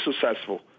successful